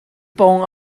pawng